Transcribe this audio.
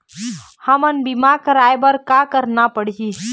हमन बीमा कराये बर का करना पड़ही?